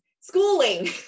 schooling